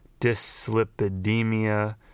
dyslipidemia